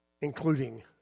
including